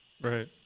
Right